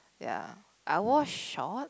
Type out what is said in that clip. ya I wore short